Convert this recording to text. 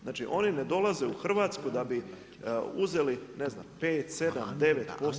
Znači oni ne dolaze u Hrvatsku da bi uzeli ne znam 5, 7, 9%